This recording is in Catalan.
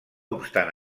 obstant